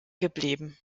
geblieben